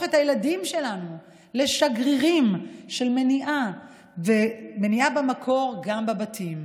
את הילדים לשגרירים של מניעה במקור גם בבתים.